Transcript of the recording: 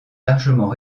largement